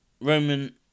Roman